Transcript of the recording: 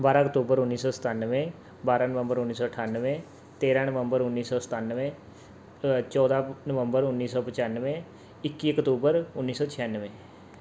ਬਾਰਾਂ ਅਕਤੂਬਰ ਉੱਨੀ ਸੌ ਸਤਾਨਵੇਂ ਬਾਰਾਂ ਨਵੰਬਰ ਉੱਨੀ ਸੌ ਅਠਾਨਵੇਂ ਤੇਰਾਂ ਨਵੰਬਰ ਉੱਨੀ ਸੌ ਸਤਾਨਵੇਂ ਚੌਦਾਂ ਨਵੰਬਰ ਉੱਨੀ ਸੌ ਪਚਾਨਵੇਂ ਇੱਕੀ ਅਕਤੂਬਰ ਉੱਨੀ ਸੌ ਛਿਆਨਵੇਂ